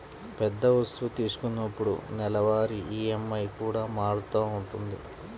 పెద్ద వస్తువు తీసుకున్నప్పుడు నెలవారీ ఈఎంఐ కూడా మారుతూ ఉంటది